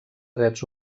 drets